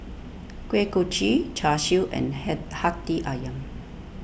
Kuih Kochi Char Siu and hey Hati Ayam